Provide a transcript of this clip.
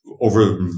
over